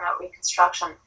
reconstruction